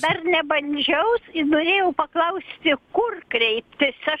dar nebandžiaus norėjau paklausti kur kreiptis aš